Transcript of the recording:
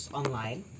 online